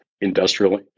industrial